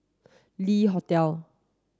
Le Hotel